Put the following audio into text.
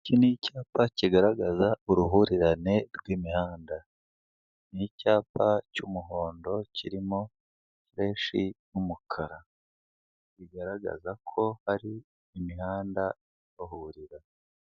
Iki ni icyapa kigaragaza uruhurirane rw'imihanda, n'icyapa cy'umuhondo kirimo fureshi y'umukara, bigaragaza ko hari imihanda ihahurira.